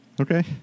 Okay